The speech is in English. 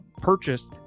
purchased